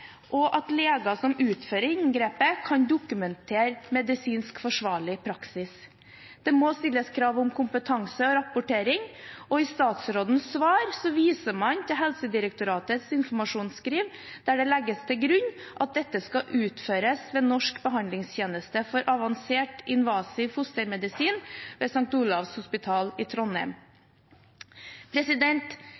og at leger som utfører inngrepet, kan dokumentere medisinsk forsvarlig praksis. Det må stilles krav om kompetanse og rapportering, og i statsrådens svar viser man til Helsedirektoratets informasjonsskriv, der det legges til grunn at dette skal utføres ved Nasjonal behandlingstjeneste for avansert invasiv fostermedisin ved St. Olavs hospital i Trondheim.